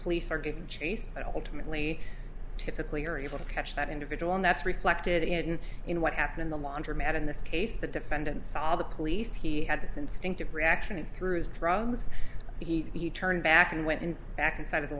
police are giving chase but ultimately typically are able to catch that individual and that's reflected in in what happened in the laundromat in this case the defendant saw the police he had this instinctive reaction and through his drugs he turned back and went in back inside of the